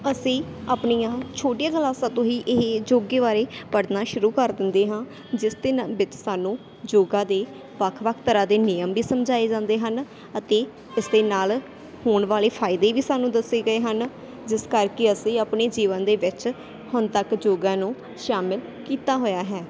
ਅਸੀਂ ਆਪਣੀਆਂ ਛੋਟੀਆਂ ਕਲਾਸਾਂ ਤੋਂ ਹੀ ਇਹ ਯੋਗੇ ਬਾਰੇ ਪੜ੍ਹਨਾ ਸ਼ੁਰੂ ਕਰ ਦਿੰਦੇ ਹਾਂ ਜਿਸ ਦਿਨ ਵਿੱਚ ਸਾਨੂੰ ਯੋਗਾ ਦੇ ਵੱਖ ਵੱਖ ਤਰ੍ਹਾਂ ਦੇ ਨਿਯਮ ਵੀ ਸਮਝਾਏ ਜਾਂਦੇ ਹਨ ਅਤੇ ਇਸ ਦੇ ਨਾਲ ਹੋਣ ਵਾਲੇ ਫ਼ਾਇਦੇ ਵੀ ਸਾਨੂੰ ਦੱਸੇ ਗਏ ਹਨ ਜਿਸ ਕਰਕੇ ਅਸੀਂ ਆਪਣੇ ਜੀਵਨ ਦੇ ਵਿੱਚ ਹੁਣ ਤੱਕ ਯੋਗਾ ਨੂੰ ਸ਼ਾਮਿਲ ਕੀਤਾ ਹੋਇਆ ਹੈ